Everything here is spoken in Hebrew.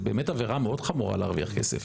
זה באמת עבירה מאוד חמורה להרוויח כסף.